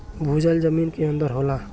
भूजल जमीन के अंदर होला